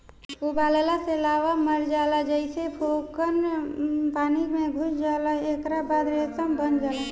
उबालला से लार्वा मर जाला जेइसे कोकून पानी में घुल जाला एकरा बाद रेशम बन जाला